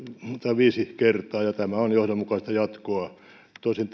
viisi kertaa ja tämä on johdonmukaista jatkoa tosin